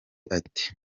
ati